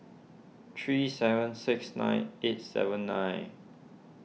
three seven six nine eight seven nine